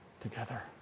together